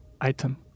item